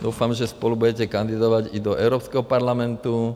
Doufám, že spolu budete kandidovat i do Evropského parlamentu.